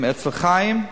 אצל חיים,